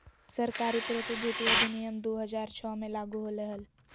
सरकारी प्रतिभूति अधिनियम दु हज़ार छो मे लागू होलय हल